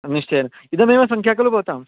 निश्चयेन इयमेव सङ्ख्या खलु भवताम्